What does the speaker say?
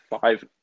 five